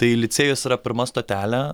tai licėjus yra pirma stotelė